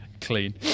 clean